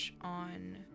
on